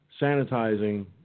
sanitizing